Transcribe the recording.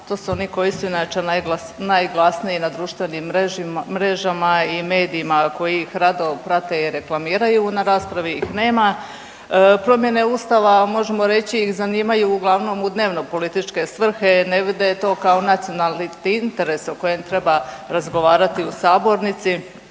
to su oni koji su inače najglasniji na društvenim mrežama i medijima koji ih rado prate i reklamiraju, na raspravi ih nema. Promjene Ustava, možemo reći, ih zanimaju uglavnom u dnevnopolitičke svrhe, ne vide to kao nacionalni interes o kojem treba razgovarati u sabornici